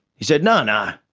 he said, no, no,